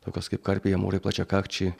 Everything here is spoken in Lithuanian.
tokios kaip karpiai amūrai plačiakakčiai